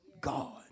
God